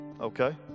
Okay